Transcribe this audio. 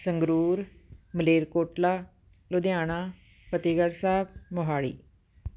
Sangrur Malerkotla Ludhiana Fatehgarh Sahib Mohali